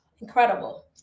Incredible